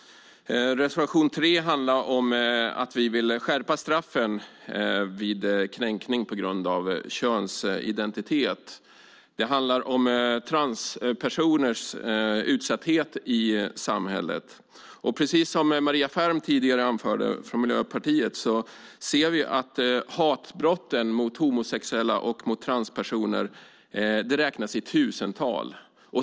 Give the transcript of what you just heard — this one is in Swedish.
Reservation 3 handlar om att vi vill skärpa straffen vid kränkning på grund av könsidentitet. Det handlar om transpersoners utsatthet i samhället. Precis som Maria Ferm från Miljöpartiet tidigare anförde ser vi att hatbrotten mot homosexuella och transpersoner räknas i tusental.